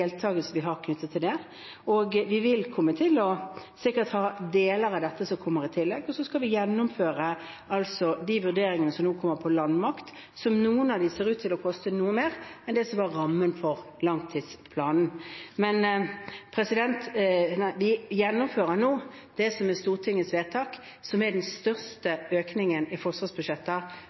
deltakelse vi har knyttet til det. Vi vil sikkert komme til å ha deler av dette som kommer i tillegg, og så skal vi gjennomføre de vurderingene som nå kommer på landmakt, som – noen av dem – ser ut til å koste noe mer enn det som var rammen for langtidsplanen. Men vi gjennomfører nå det som er Stortingets vedtak, som er den største økningen i forsvarsbudsjettet